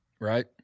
Right